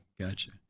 gotcha